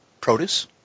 produce